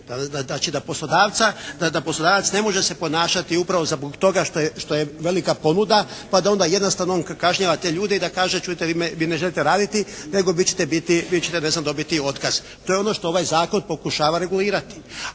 da poslodavac ne može se ponašati upravo zbog toga što je velika ponuda, pa da onda jednostavno on kažnjava te ljudi i da kaže, čujte, vi ne želite raditi, nego vi ćete biti, ne znam vi ćete dobiti otkaz. To je ono što ovaj zakon pokušava regulirati.